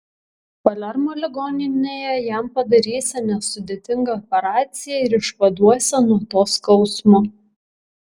palermo ligoninėje jam padarysią nesudėtingą operaciją ir išvaduosią nuo to skausmo